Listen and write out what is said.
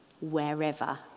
wherever